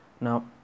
now